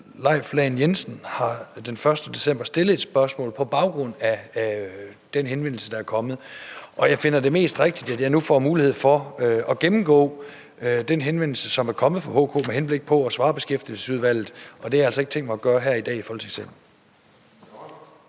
Leif Lahn Jensen den 1. december har stillet et spørgsmål på baggrund af den henvendelse, der er kommet. Og jeg finder det mest rigtigt, at jeg nu får mulighed for at gennemgå den henvendelse, som er kommet fra HK, med henblik på at svare Beskæftigelsesudvalget, og det har jeg altså ikke tænkt mig at gøre her i dag i Folketingssalen.